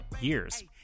years